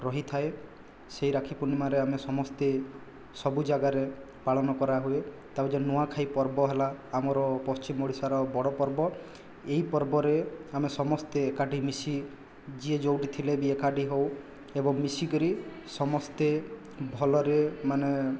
ରହିଥାଏ ସେହି ରାକ୍ଷୀ ପୂର୍ଣ୍ଣିମାରେ ଆମେ ସମସ୍ତେ ସବୁ ଜାଗାରେ ପାଳନ କରାହୁଏ ତାପରେ ଯେନ୍ ନୂଆଖାଇ ପର୍ବ ହେଲା ଆମର ପଶ୍ଚିମ ଓଡ଼ିଶାର ବଡ଼ ପର୍ବ ଏହି ପର୍ବରେ ଆମେ ସମସ୍ତେ ଏକାଠି ମିଶି ଯିଏ ଯେଉଁଠି ଥିଲେ ବି ଏକାଠି ହେଉ ଏବଂ ମିଶିକରି ସମସ୍ତେ ଭଲରେ ମାନେ